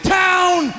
town